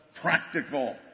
practical